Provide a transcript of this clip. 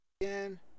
Again